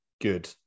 good